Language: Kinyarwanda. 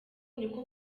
niko